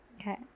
Okay